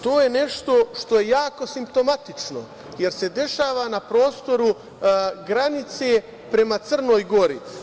To je nešto što je jako simptomatično jer se dešava na prostoru granice prema Crnoj Gori.